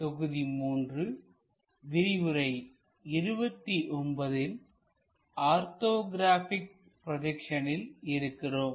நாம் தொகுதி 3 விரிவுரை 29 ல் ஆர்த்தோகிராபிக் ப்ரோஜெக்சனில் இருக்கிறோம்